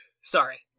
sorry